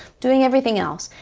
doing everything else.